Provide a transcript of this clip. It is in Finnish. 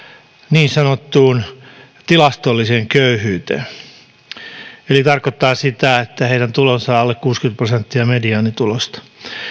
niin sanottuun tilastolliseen köyhyyteen mikä tarkoittaa sitä että heidän tulonsa on alle kuusikymmentä prosenttia mediaanitulosta